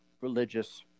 religious